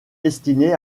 destiné